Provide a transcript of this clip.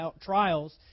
trials